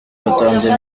batanze